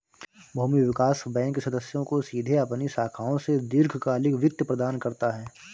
भूमि विकास बैंक सदस्यों को सीधे अपनी शाखाओं से दीर्घकालिक वित्त प्रदान करता है